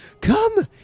Come